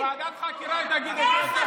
ועדת חקירה תגיד את זה יותר טוב.